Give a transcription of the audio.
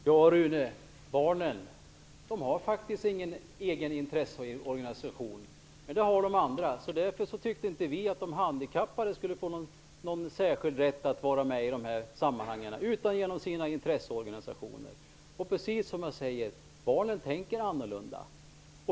Fru talman! Ja, Rune Evensson, barnen har faktiskt ingen egen intresseorganisation. Men det har de andra grupperna. Därför tyckte inte vi att de handikappade skulle få någon särskild rätt att vara med i dessa sammanhang annat än genom sina intresseorganisationer. Precis som jag säger tänker barnen annorlunda.